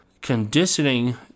conditioning